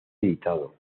editado